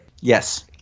Yes